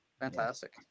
Fantastic